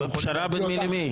פשרה בין מי למי?